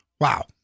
wow